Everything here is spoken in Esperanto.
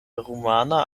rumana